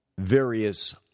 various